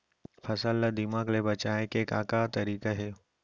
फसल ला दीमक ले बचाये के का का तरीका हे?